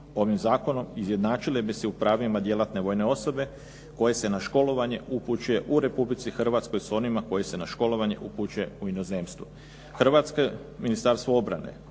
Hrvatsko Ministarstvo obrane